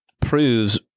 proves